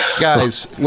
Guys